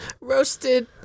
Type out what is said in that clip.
Roasted